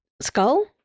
Skull